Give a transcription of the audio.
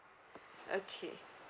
okay